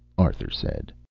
arthur said.